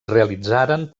realitzaren